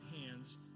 hands